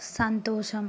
సంతోషం